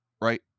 right